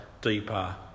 deeper